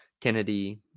Kennedy